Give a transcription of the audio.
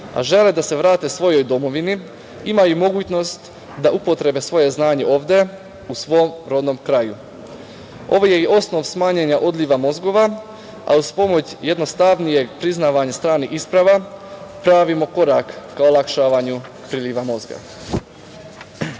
a žele da se vrate svojoj domovini, imaju mogućnost da upotrebe svoje znanje ovde u svom rodnom kraju. Ovo je i osnov smanjenja odliva mozgova, a uz pomoć jednostavnijeg priznavanja stranih isprava pravimo korak ka olakšavanju priliva mozgova.Za